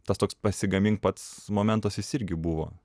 tas toks pasigamink pats momentas jis irgi buvo